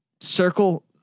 circle